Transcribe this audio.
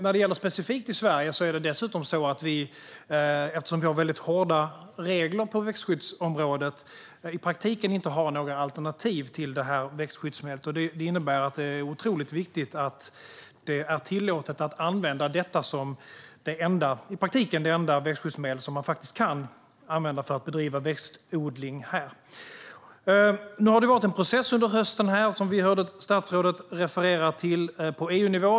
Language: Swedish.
När det gäller specifikt i Sverige är det dessutom så att vi, eftersom vi har väldigt hårda regler på växtskyddsområdet, i praktiken inte har några alternativ till det här växtskyddsmedlet. Det innebär att det är otroligt viktigt att det är tillåtet att använda detta växtskyddsmedel som i praktiken är det enda som man faktiskt kan använda för att bedriva växtodling här. Nu har det varit en process på EU-nivå under hösten som vi hörde statsrådet referera till.